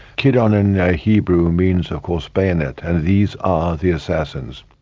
kidon in hebrew means of course bayonet, and these are the assassins.